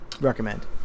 recommend